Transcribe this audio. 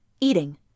eating